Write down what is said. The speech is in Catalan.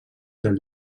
del